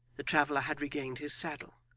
the traveller had regained his saddle,